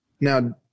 Now